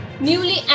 Newly